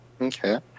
Okay